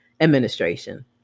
administration